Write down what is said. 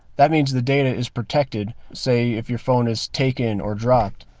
that means the data is protected say, if your phone is taken or dropped.